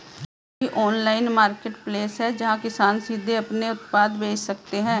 क्या कोई online marketplace है जहां किसान सीधे अपने उत्पाद बेच सकते हैं?